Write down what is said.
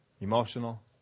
emotional